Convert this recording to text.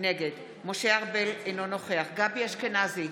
נגד משה ארבל, אינו נוכח גבי אשכנזי,